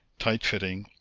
tight fitting,